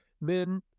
men